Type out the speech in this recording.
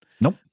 Nope